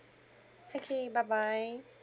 okay bye bye